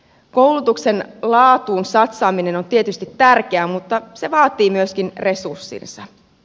koulutuksen laatuun satsaaminen on tietysti tärkeää mutta se vaatii myöskin resurssinsa